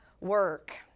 work